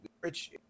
Rich